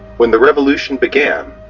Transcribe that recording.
when the revolution began,